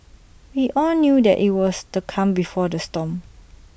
we all knew that IT was the calm before the storm